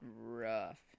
rough